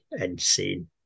insane